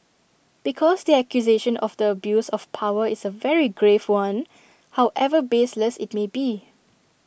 because the accusation of the abuse of power is A very grave one however baseless IT may be